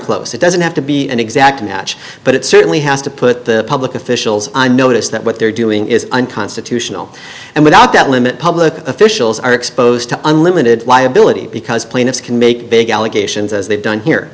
close it doesn't have to be an exact match but it certainly has to put the public officials i notice that what they're doing is unconstitutional and without that limit public officials are exposed to unlimited liability because plaintiffs can make big allegations as they've done here